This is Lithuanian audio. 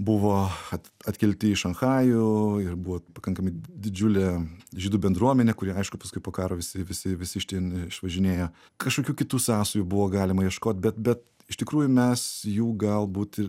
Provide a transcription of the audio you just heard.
buvo atkelti į šanchajų ir buvo pakankamai didžiulė žydų bendruomenė kuri aišku paskui po karo visi visi visi iš ten išvažinėjo kažkokių kitų sąsajų buvo galima ieškot bet bet iš tikrųjų mes jų galbūt ir